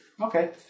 Okay